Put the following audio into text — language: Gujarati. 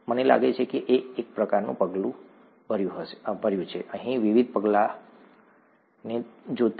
મને લાગે છે કે મેં એક પ્રકારનું પગલું ભર્યું છે અહીંના વિવિધ પગલાંને જોતાં